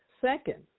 Second